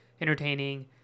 entertaining